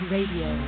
Radio